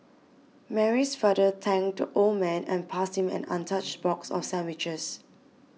Mary's father thanked the old man and passed him an untouched box of sandwiches